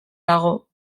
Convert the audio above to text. dago